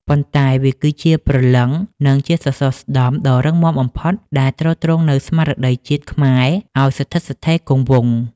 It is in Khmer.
ប៉ុន្តែវាគឺជាព្រលឹង និងជាសសរស្តម្ភដ៏រឹងមាំបំផុតដែលទ្រទ្រង់នូវស្មារតីជាតិខ្មែរឱ្យស្ថិតស្ថេរគង់វង្ស។